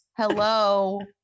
hello